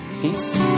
Peace